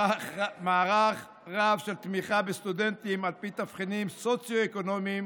מערך רב של תמיכה בסטודנטים על פי תבחינים סוציו-אקונומיים